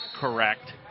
correct